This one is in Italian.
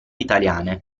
italiane